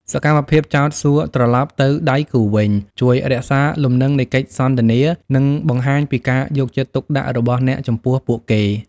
សកម្មភាពចោទសួរត្រឡប់ទៅដៃគូវិញ ជួយរក្សាលំនឹងនៃកិច្ចសន្ទនា និងបង្ហាញពីការយកចិត្តទុកដាក់របស់អ្នកចំពោះពួកគេ។